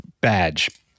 badge